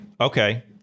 Okay